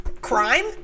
crime